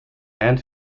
and